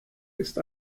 ist